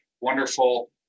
wonderful